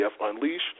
Unleashed